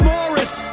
Morris